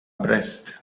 brest